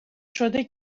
شده